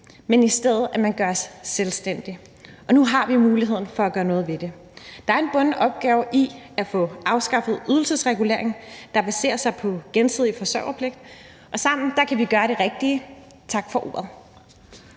man i stedet gøres selvstændig. Og nu har vi muligheden for at gøre noget ved det. Det er en bunden opgave i at få afskaffet ydelsesregulering, der baserer sig på gensidig forsørgerpligt, og sammen kan vi gøre det rigtige. Tak for ordet.